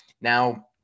Now